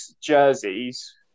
jerseys